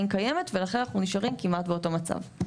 קיימת ולכן אנחנו נשארים כמעט באותו מצב.